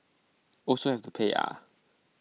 also have to pay ah